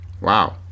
Wow